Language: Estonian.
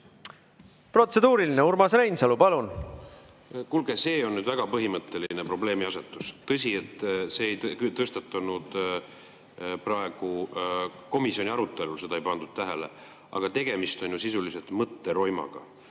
Protseduuriline, Urmas Reinsalu, palun! Kuulge, see on nüüd väga põhimõtteline probleemiasetus. Tõsi, see ei tõstatunud komisjoni arutelul, seda ei pandud tähele. Aga tegemist on ju sisuliselt mõtteroimaga,